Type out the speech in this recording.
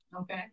Okay